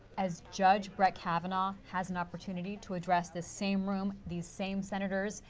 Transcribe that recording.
as judge brett kavanaugh has an opportunity to address the same room, the same senators,